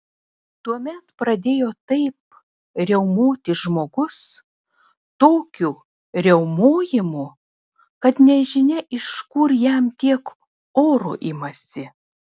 tuomet pradėjo taip riaumoti žmogus tokiu riaumojimu kad nežinia iš kur jam tiek oro imasi